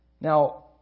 Now